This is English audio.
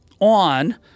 on